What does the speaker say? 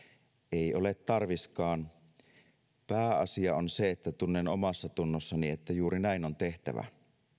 ei ole tarviskaan pääasia on se että tunnen omassatunnossani että juuri näin on tehtävä